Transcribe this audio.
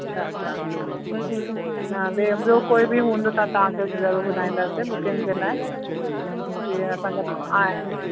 अच्छा अच्छा हा हा ॿिए ॿियो कोई बि हूंदो त तव्हांखे ज़रूरु ॿुधाईंदासीं बुकिंग जे लाइ जी असांजा आहिनि